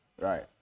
Right